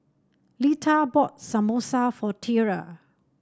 Lita bought Samosa for Tiarra